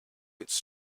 its